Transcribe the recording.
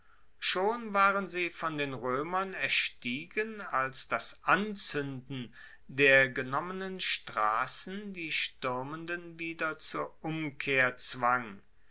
schon waren sie von den roemern erstiegen als das anzuenden der genommenen strassen die stuermenden wieder zur umkehr zwang